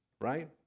right